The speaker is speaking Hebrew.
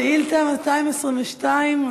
שאילתה 222,